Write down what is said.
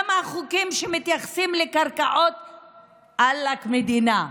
גם החוקים שמתייחסים לקרקעות המדינה,